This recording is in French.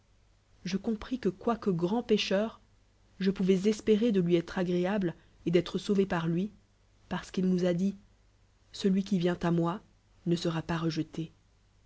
je compris que quoique grand pécheur je pouvois eslrirer de lui être agréable et d'ètl'e s uvé par lui parce qu'il nous a dit c'eleri qui vienc à neoi ne sera pas rejclé